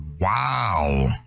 wow